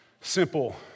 simple